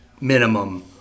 minimum